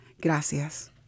Gracias